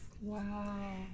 Wow